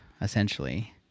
essentially